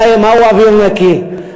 מהו אוויר נקי,